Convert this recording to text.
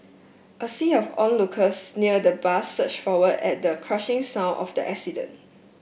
a sea of onlookers near the bus surged forward at the crushing sound of the accident